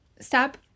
stop